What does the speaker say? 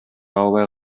албай